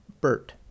Bert